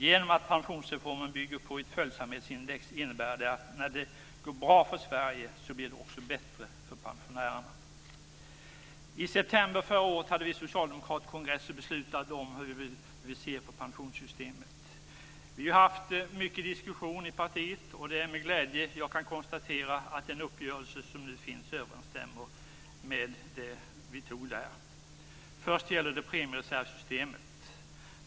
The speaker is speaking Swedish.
Genom att pensionsreformen bygger på ett följsamhetsindex innebär det att när det går bra för Sverige blir det också bättre för pensionärerna. I september förra året hade vi socialdemokrater kongress och beslutade om hur vi ser på pensionssystemet. Vi har haft mycket diskussion i partiet. Det är med glädje jag kan konstatera att den uppgörelse som nu finns överensstämmer med det vi tror. Först gäller det premiereservsystemet.